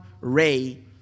ray